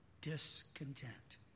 discontent